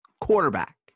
quarterback